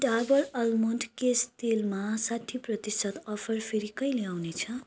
Dabur almond केश तेलमा साट्ठी प्रतिशत अफर फेरि कहिले आउने छ